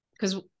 Because-